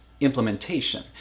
implementation